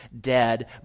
dead